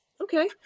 Okay